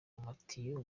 amatiyo